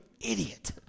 idiot